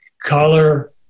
color